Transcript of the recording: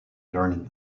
learning